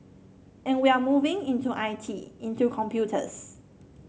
and we're moving into I T into computers